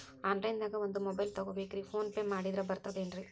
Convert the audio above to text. Online ದಾಗ ಒಂದ್ mobile ತಗೋಬೇಕ್ರಿ ಫೋನ್ ಪೇ ಮಾಡಿದ್ರ ಬರ್ತಾದೇನ್ರಿ?